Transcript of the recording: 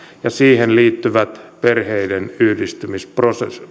ja siihen liittyvät perheiden yhdistymisprosessit